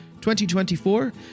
2024